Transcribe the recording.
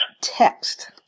Text